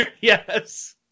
Yes